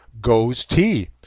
GOES-T